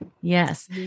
Yes